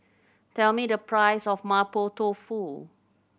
tell me the price of Mapo Tofu